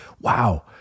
Wow